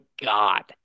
God